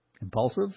impulsive